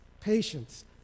patience